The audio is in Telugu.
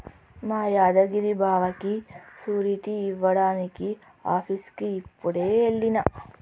మా యాదగిరి బావకి సూరిటీ ఇయ్యడానికి ఆఫీసుకి యిప్పుడే ఎల్లిన